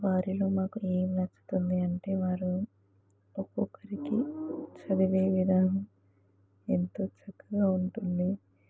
వారిలో మాకు ఏం నచ్చుతుంది అంటే వారు ఒక్కొక్కరికి చదివే విధానం ఎంతో చక్కగా ఉంటుంది